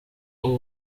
uwo